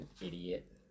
idiot